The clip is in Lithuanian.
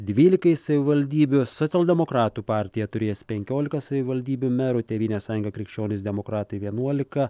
dvylikai savivaldybių socialdemokratų partija turės penkiolika savivaldybių merų tėvynės sąjunga krikščionys demokratai vienuolika